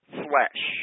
flesh